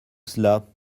cela